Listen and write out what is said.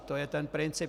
To je ten princip.